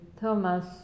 Thomas